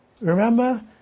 Remember